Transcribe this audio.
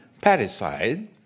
parricide